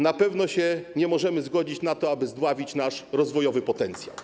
Na pewno się nie możemy zgodzić na to, aby zdławić nasz rozwojowy potencjał.